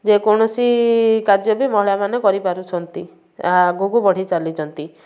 ଯେକୌଣସି କାର୍ଯ୍ୟ ବି ମହିଳା ମାନେ କରିପାରୁଛନ୍ତି ଆଗକୁ ବଢ଼ି ଚାଲିଛନ୍ତି